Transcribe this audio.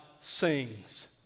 Sings